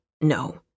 No